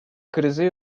krize